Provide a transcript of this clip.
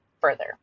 further